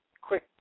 Quick